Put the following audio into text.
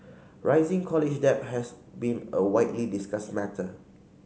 rising college debt has been a widely discussed matter